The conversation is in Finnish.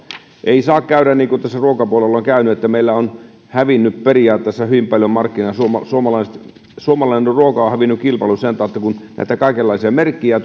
ei saa käydä niin kuin tässä ruokapuolella on käynyt että meillä on hävinnyt periaatteessa hyvin paljon markkinaa suomalainen ruoka on hävinnyt kilpailun sen tautta kun näitä kaikenlaisia merkkejä